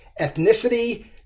ethnicity